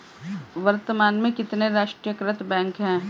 वर्तमान में कितने राष्ट्रीयकृत बैंक है?